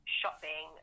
shopping